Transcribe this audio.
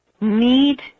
need